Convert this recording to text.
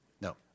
No